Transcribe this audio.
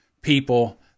people